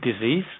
disease